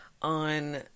on